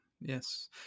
yes